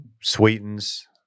sweetens